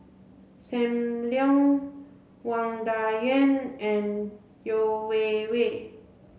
Sam Leong Wang Dayuan and Yeo Wei Wei